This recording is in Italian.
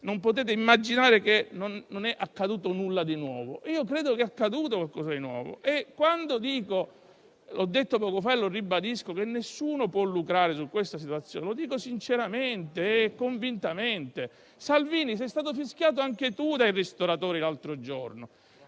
non potete immaginare che non sia accaduto nulla di nuovo. Io credo che sia accaduto qualcosa di nuovo e, quando dico - l'ho affermato poco fa e lo ribadisco - che nessuno può lucrare su questa situazione, lo dico sinceramente e convintamente. Salvini, sei stato fischiato anche tu dai ristoratori l'altro giorno,